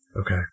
Okay